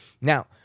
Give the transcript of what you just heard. Now